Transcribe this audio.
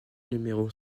numéro